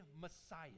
Messiah